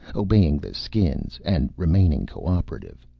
obeying the skins and remaining cooperative.